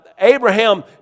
Abraham